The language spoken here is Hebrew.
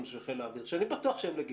ושל חיל האוויר שאני בטוח שהם לגיטימיים,